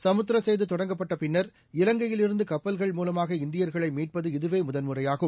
சமுத்திர சேது தொடங்கப்பட்ட பின்னர் இலங்கையிலிருந்து கப்பல்கள் மூலமாக இந்தியர்களை மீட்பது இதுவே முதன்முறையாகும்